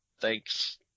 thanks